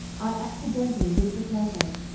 i accidentally lifted my head,